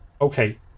Okay